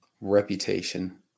Reputation